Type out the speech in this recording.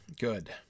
Good